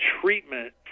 treatment